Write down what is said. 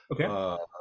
Okay